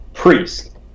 Priest